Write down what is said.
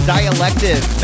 Dialective